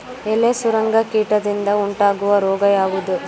ಎಲೆ ಸುರಂಗ ಕೀಟದಿಂದ ಉಂಟಾಗುವ ರೋಗ ಯಾವುದು?